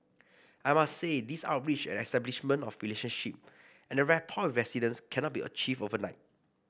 I must say these outreach and establishment of relationship and rapport with residents cannot be achieved overnight